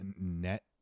net